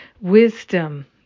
wisdom